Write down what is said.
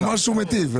הוא אמר שהוא מיטיב.